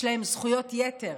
יש להם זכויות יתר,